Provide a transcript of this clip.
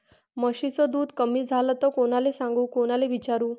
म्हशीचं दूध कमी झालं त कोनाले सांगू कोनाले विचारू?